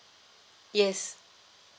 yes